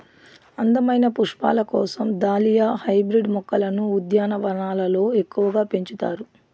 అందమైన పుష్పాల కోసం దాలియా హైబ్రిడ్ మొక్కలను ఉద్యానవనాలలో ఎక్కువగా పెంచుతారు